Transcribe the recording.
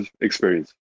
experience